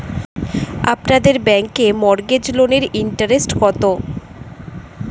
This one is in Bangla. আপনাদের ব্যাংকে মর্টগেজ লোনের ইন্টারেস্ট কত?